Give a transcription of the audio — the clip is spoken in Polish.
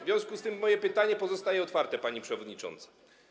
W związku z tym moje pytanie pozostaje otwarte, pani przewodnicząca.